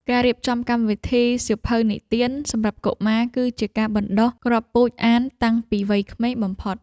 ការរៀបចំកម្មវិធី សៀវភៅនិទាន សម្រាប់កុមារ គឺជាការបណ្ដុះគ្រាប់ពូជអានតាំងពីវ័យក្មេងបំផុត។